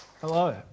Hello